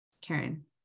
Karen